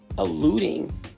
alluding